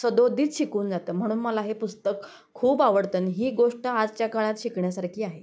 सदोदित शिकवून जातं म्हणून मला हे पुस्तक खूप आवडतं आणि ही गोष्ट आजच्या काळात शिकण्यासारखी आहे